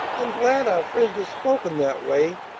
i'm glad our friend has spoken that way.